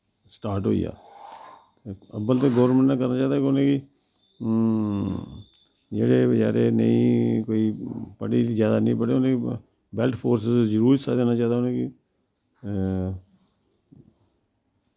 start होई आ अब्बल ते गौरमैंट ने करने चाहिदा कि उनेंगी जेह्ड़े बचारे नेईं कोई पढ़ी दी जैदा निं पढ़ी होन उने बैल्ट फोर्स च जरूर हिस्सा देना चाहिदा उनेंगी